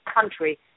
country